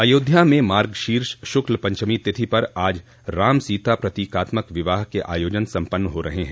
अयोध्या में मार्गशीष शुक्ल पंचमी तिथि पर आज राम सीता प्रतीकात्मक विवाह के आयोजन संपन्न हो रहे हैं